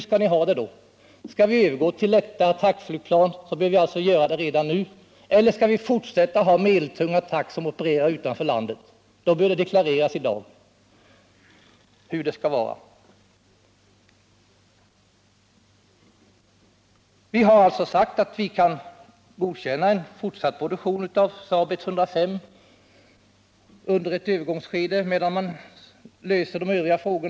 Skall vi då övergå till lätta attackflygplan? I så fall bör vi göra det redan nu. Eller skall vi fortsätta att ha medeltunga attackflygplan som opererar utanför landet? Det bör deklareras i dag. Vi har alltså sagt att vi — under ett övergångsskede, medan man löser de övriga frågorna — kan godkänna en fortsatt produktion av SAAB 105. På det sättet får vi också en lösning på den omdebatterade skolflygplansfrågan.